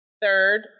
Third